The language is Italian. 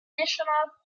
national